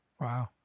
Wow